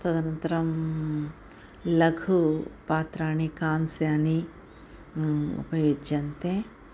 तदनन्तरं लघूनि पात्राणि कांस्यानि उपयुज्यन्ते